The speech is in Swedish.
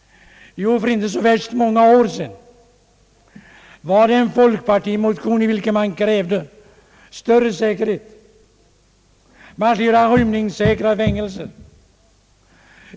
För inte så värst många år sedan krävdes i en folkpartimotion större säkerhet. Det framhölls att vi måste bygga rymningssäkra fängelser.